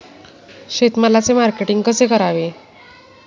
शेतमालाचे मार्केटिंग कसे करावे?